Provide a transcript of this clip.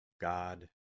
God